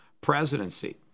presidency